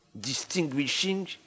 distinguishing